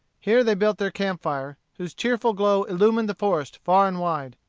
here they built their camp-fire, whose cheerful glow illumined the forest far and wide,